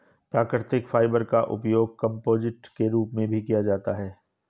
प्राकृतिक फाइबर का उपयोग कंपोजिट के रूप में भी किया जाता है